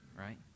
right